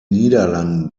niederlanden